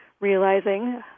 realizing